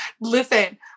Listen